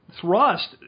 Thrust